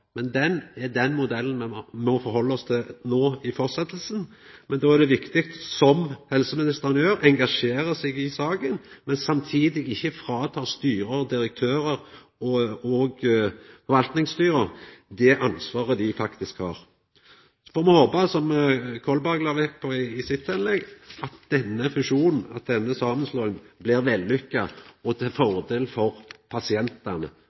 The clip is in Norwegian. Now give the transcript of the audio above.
men det er den modellen me må halda oss til framover. Då er det viktig, som helseministeren gjer, å engasjera seg i saka, men samtidig ikkje ta frå styre, direktørar og forvaltningsstyre det ansvaret dei faktisk har. Så får me håpa, som Kolberg la vekt på i sitt innlegg, at denne fusjonen, denne samanslåinga, blir vellykka, og at dette blir til fordel for pasientane,